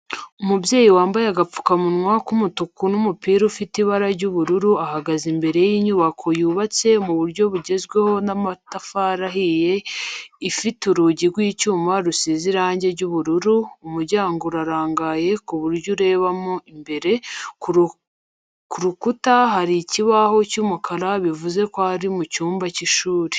Umubyeyi wambaye agapfukamunwa k'umutuku n'umupira ufite ibara ry'ubururu ahagaze imbere y'inyubako yubatse mu buryo bugezweho n'amatafari ahiye ifite urugi rw'icyuma rusize irangi ry'ubururu, umuryango urarangaye ku buryo urebamo imbere, ku rukuta hari ikibaho cy'umukara bivuze ko ari mu cyumba cy'ishuri.